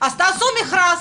אז תעשו מכרז,